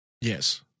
Yes